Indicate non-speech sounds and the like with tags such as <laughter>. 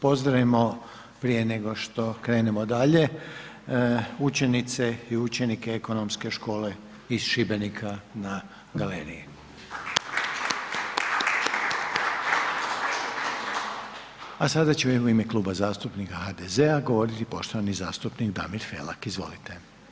Evo pozdravimo proje nego što krenemo dalje, učenice i učenike Ekonomske škole iz Šibenika na galeriji. <applause> A sad će u ime Kluba zastupnika HDZ-a govoriti poštovani zastupnik Damir Felak, izvolite.